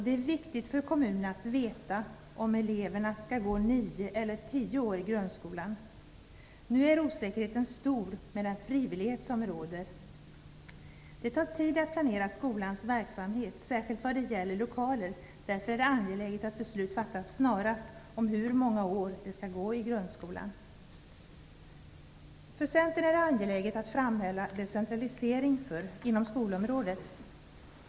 Det är viktigt för kommunerna att veta om eleverna skall gå nio eller tio år i grundskolan. Nu är osäkerheten stor, med den frivillighet som råder. Det tar tid att planera skolans verksamhet, särskilt vad gäller lokaler, och därför är det angeläget att beslut fattas snarast om hur många år de skall gå i grundskolan. För Centern är det angeläget att framhålla decentralisering inom skolområdet.